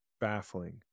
baffling